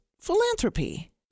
philanthropy